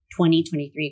2023